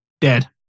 Dead